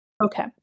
Okay